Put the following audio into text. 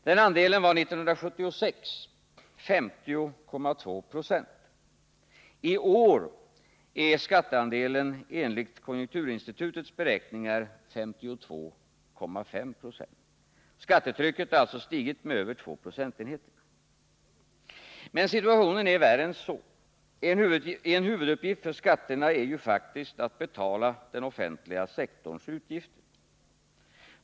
År 1976 var den andelen 50,2 26. I år är skatteandelen enligt konjunkturinstitutets beräkningar 52,5 70. Skattetrycket har alltså stigit med över två procentenheter. Men situationen är värre än så. En huvuduppgift för skatterna är ju faktiskt att betala den offentliga sektorns utgifter.